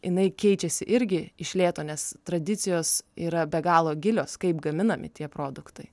jinai keičiasi irgi iš lėto nes tradicijos yra be galo gilios kaip gaminami tie produktai